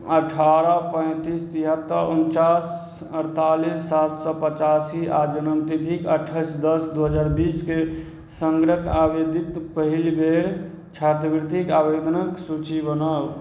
अठारह पैँतिस तिहत्तरि उन्चास अड़तालिस सात सओ पचासी आओर जनमतिथिके अट्ठाइस दस दुइ हजार बीसके सँग्रहके आवेदित पहिल बेर छात्रवृतिके आवेदनके सूची बनाउ